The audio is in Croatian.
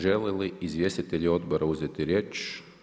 Želi li izvjestitelj odbora uzeti riječ?